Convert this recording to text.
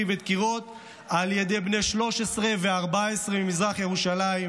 ודקירות על ידי בני 13 ו-14 ממזרח ירושלים,